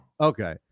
Okay